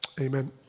Amen